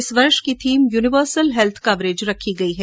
इस वर्ष की थीम यूनिवर्सल हैल्थ कवरेज रखी गई है